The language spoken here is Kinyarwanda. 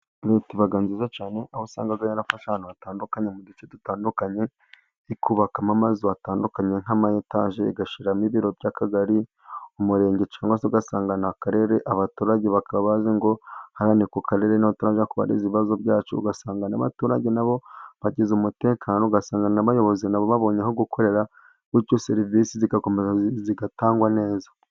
Leta iba nziza cyane ,aho usangaga yarafashe ahantu hatandukanye, mu duce dutandukanye, ikubakamo amazu atandukanye ,nk'ama etaje, igashyiramo ibiro by'akagari ,umurenge cyangwa ugasanga ni akarere, abaturage bakabazi ngo hariya ni ku karere turajya kubaza ibibazo byacu ,ugasanga abaturage nabo bagize umutekano ,ugasanga abayobozi nabo babonye aho gukorera, bityo serivisi zigakomeza zigatangwa neza.